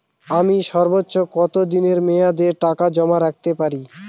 আমি সর্বোচ্চ কতদিনের মেয়াদে টাকা জমা রাখতে পারি?